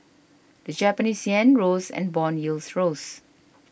the Japanese yen rose and bond yields rose